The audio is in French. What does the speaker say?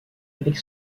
avec